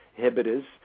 inhibitors